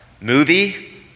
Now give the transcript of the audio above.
movie